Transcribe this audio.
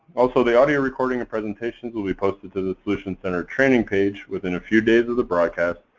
also, the audio recording and presentations will be posted to the solutions center training page within a few days of the broadcast,